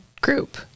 group